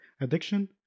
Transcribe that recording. addiction